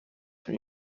zum